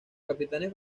capitanes